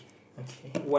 okay